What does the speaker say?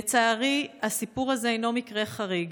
לצערי, הסיפור הזה אינו מקרה חריג.